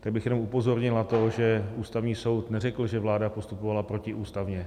Tak bych jenom upozornil na to, že Ústavní soud neřekl, že vláda postupovala protiústavně.